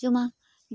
ᱡᱚᱢᱟ